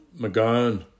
McGowan